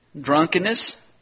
drunkenness